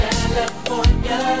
California